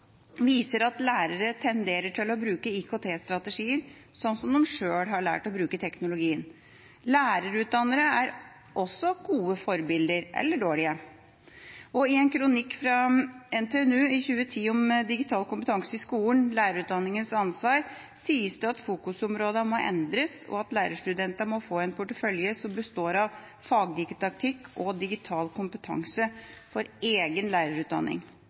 viser at lærere tenderer til å bruke IKT-strategier sånn som de sjøl har lært å bruke teknologien. Lærerutdannere er også gode forbilder – eller dårlige. I en kronikk av to NTNU-ansatte i 2010, «Digital kompetanse i skolen – lærerutdanningens ansvar», sies det at fokusområdene må endres, og at lærerstudenter må få en portefølje som består av fagdidaktikk og digital kompetanse for egen lærerutdanning.